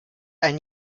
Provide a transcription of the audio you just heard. ein